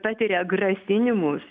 patiria grasinimus